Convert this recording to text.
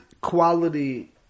quality